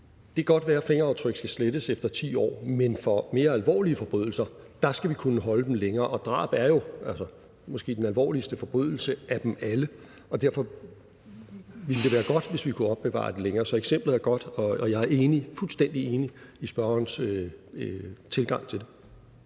Det kan godt være, at fingeraftryk skal slettes efter 10 år, men for mere alvorlige forbrydelser skal vi kunne beholde dem længere, og drab er måske den alvorligste forbrydelse af dem alle, og derfor ville det være godt, hvis vi kunne opbevare dem længere. Så eksemplet er godt, og jeg er fuldstændig enig i spørgerens tilgang til det.